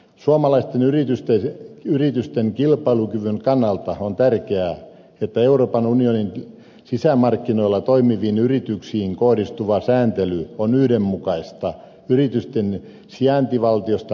suomalaisten yritysten kilpailukyvyn kannalta on tärkeää että euroopan unionin sisämarkkinoilla toimiviin yrityksiin kohdistuva sääntely on yhdenmukaista yritysten sijaintivaltiosta riippumatta